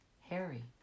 Harry